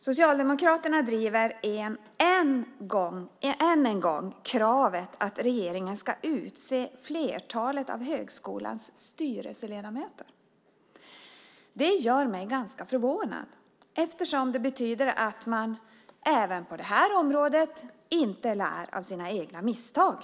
Socialdemokraterna driver än en gång kravet att regeringen ska utse flertalet av högskolans styrelseledamöter. Det gör mig ganska förvånad, eftersom det betyder att man inte heller på detta område lär av sina egna misstag.